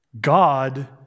God